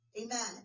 Amen